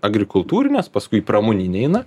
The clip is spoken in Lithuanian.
agrikultūrinės paskui pramoninė eina